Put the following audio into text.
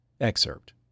Excerpt